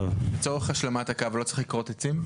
לצורך השלמת הקו לא צריך לכרות עצים?